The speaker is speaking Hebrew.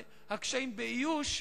והקשיים באיוש,